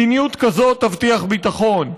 מדיניות כזו תבטיח ביטחון.